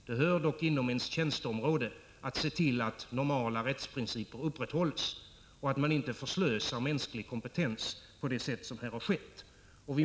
Det ligger dock inom ens tjänsteområde att se till att normala rättsprinciper upprätthålls och att man inte förslösar mänsklig kompetens på det sätt som här har skett.